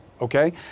Okay